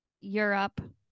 europe